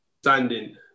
Standing